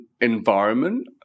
environment